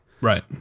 Right